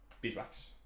beeswax